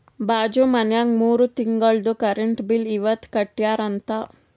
ಬಾಜು ಮನ್ಯಾಗ ಮೂರ ತಿಂಗುಳ್ದು ಕರೆಂಟ್ ಬಿಲ್ ಇವತ್ ಕಟ್ಯಾರ ಅಂತ್